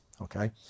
okay